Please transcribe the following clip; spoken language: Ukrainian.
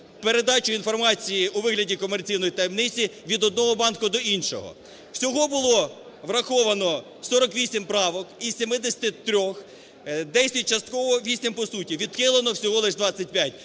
передачу інформації у вигляді комерційної таємниці від одного банку до іншого. Всього було враховано 48 правок із 73-х, 10 – частково, 8 – по суті, відхилено всього лиш 25.